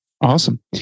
awesome